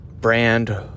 brand